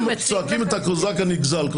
צועקים כקוזק הנגזל.